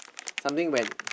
something when